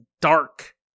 dark